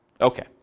Okay